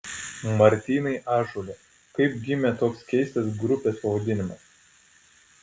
martynai ąžuole kaip gimė toks keistas grupės pavadinimas